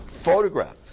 photograph